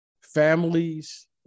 families